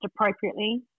appropriately